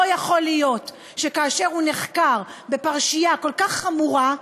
לא יכול להיות שכאשר הוא נחקר בפרשייה כל כך חמורה,